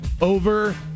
over